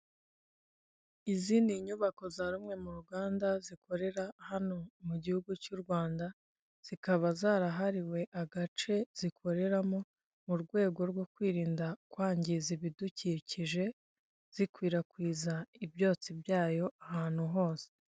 Izindi ni iyubako za rumwe mu ruganda zikorera hano mu gihugu cy'u Rwanda, zikaba zarahariwe agace zikoreramo mu rwego rwo kwirinda kwangiza ibidukikije zikwirakwiza ibyotsi byayo ahantu hose.